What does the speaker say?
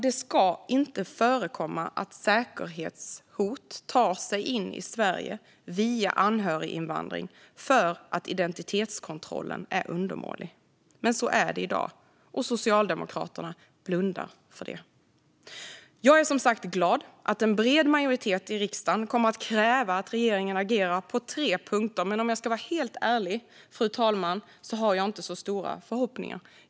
Det ska inte förekomma att säkerhetshot tar sig in i Sverige via anhöriginvandring för att identitetskontrollen är undermålig. Men så är det i dag, och Socialdemokraterna blundar för det. Jag är som sagt glad att en bred majoritet i riksdagen kommer att kräva att regeringen agerar på dessa tre punkter. Men om jag ska vara helt ärlig, fru talman, har jag inte så stora förhoppningar.